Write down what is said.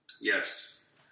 Yes